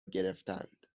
گرفتند